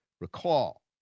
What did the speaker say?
recall